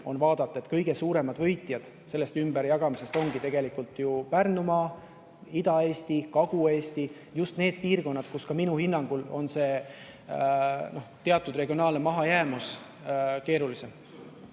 on arvestada, et kõige suuremad võitjad sellest ümberjagamisest on tegelikult Pärnumaa, Ida-Eesti, Kagu-Eesti – just need piirkonnad, kus ka minu hinnangul on teatud regionaalne mahajäämus suurim.